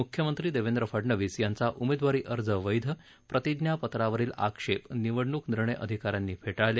मुख्यमंत्री देवेंद्र फडणवीस यांचा उमेदवारी अर्ज वैध प्रतिज्ञापत्रावरील आक्षेप निवडणूक निर्णय अधिका यांनी फेटाळले